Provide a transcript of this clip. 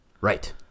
right